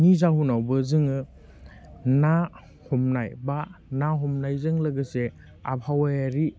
नि जाउनावबो जोङो ना हमनाय बा ना हमनायजों लोगोसे आबहावायारि